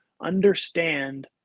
understand